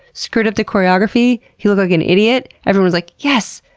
screwed up the choreography. he looked like an idiot, everyone's like, yes,